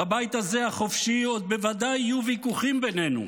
בבית הזה החופשי עוד בוודאי יהיו ויכוחים בינינו,